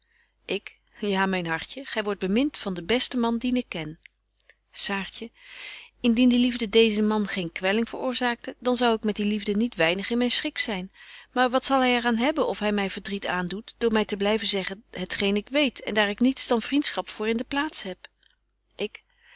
ik ja myn hartje gy wordt bemint van den besten man dien ik ken saartje indien die liefde deezen man geen kwelling veroorzaakte dan zou ik met die liefde niet weinig in myn schik zyn maar wat zal hy er aan hebben of hy my verdriet aandoet door my te blyven zeggen het geen ik weet en daar ik niets dan vriendschap voor in de plaats heb ik